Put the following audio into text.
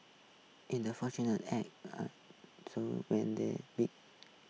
in the fortunate ants when they dig